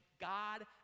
God